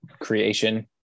creation